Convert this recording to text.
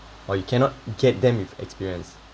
or you cannot get them with experience